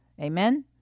Amen